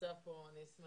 שנמצא כאן, אני שמחה